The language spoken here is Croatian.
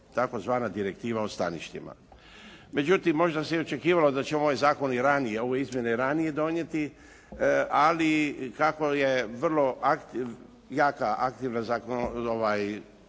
tzv. Direktiva o staništima. Međutim, možda se i očekivalo da ćemo ovaj zakon i ranije, ove izmjene i ranije donijeti. Ali kako je vrlo jaka aktivna zakonodavna